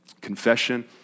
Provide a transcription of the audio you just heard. confession